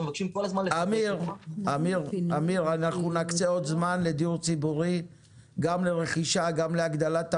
אמיר אנחנו נקצה עוד זמן לדיור ציבורי גם לרכישה גם להגדלת המלאי,